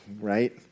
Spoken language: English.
right